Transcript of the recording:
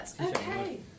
Okay